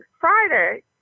Friday